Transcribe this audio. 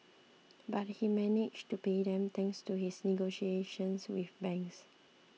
but he managed to pay them thanks to his negotiations with banks